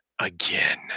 again